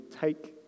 take